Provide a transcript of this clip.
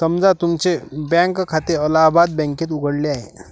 समजा तुमचे बँक खाते अलाहाबाद बँकेत उघडले आहे